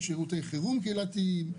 שירותי חירום קהילתיים,